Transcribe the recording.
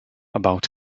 about